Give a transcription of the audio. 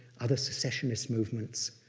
other secessionist movements.